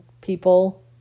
people